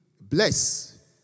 bless